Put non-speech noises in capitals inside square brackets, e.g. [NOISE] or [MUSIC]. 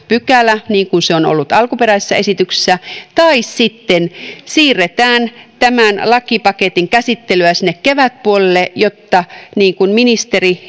[UNINTELLIGIBLE] pykälä niin kuin se on ollut alkuperäisessä esityksessä tai sitten siirretään tämän lakipaketin käsittelyä sinne kevätpuolelle jotta niin kuin ministeri [UNINTELLIGIBLE]